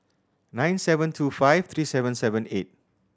nine seven two five three seven seven eight